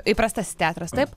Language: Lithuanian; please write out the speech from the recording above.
įprastasis teatras taip